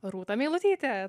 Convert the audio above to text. rūta meilutytė